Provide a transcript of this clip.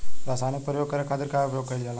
रसायनिक प्रयोग करे खातिर का उपयोग कईल जाइ?